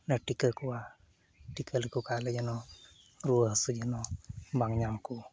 ᱞᱮ ᱴᱤᱠᱟᱹ ᱠᱚᱣᱟ ᱴᱤᱠᱟᱹ ᱠᱚᱣᱟᱞᱮ ᱡᱮᱱᱚ ᱨᱩᱣᱟᱹᱼᱦᱟᱹᱥᱩ ᱡᱮᱱᱚ ᱵᱟᱝ ᱧᱟᱢᱠᱚ